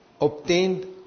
Obtained